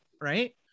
right